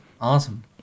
Awesome